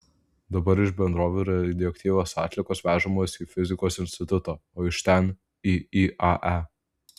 dabar iš bendrovių radioaktyvios atliekos vežamos į fizikos institutą o iš ten į iae